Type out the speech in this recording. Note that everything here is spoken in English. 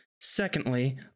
Secondly